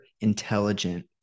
intelligent